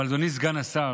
אבל אדוני סגן השר,